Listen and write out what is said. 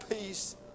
peace